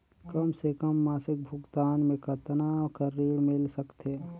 कम से कम मासिक भुगतान मे कतना कर ऋण मिल सकथे?